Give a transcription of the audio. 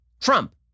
Trump